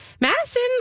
Madison